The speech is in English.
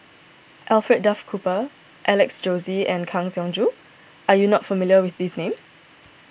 Alfred Duff Cooper Alex Josey and Kang Siong Joo are you not familiar with these names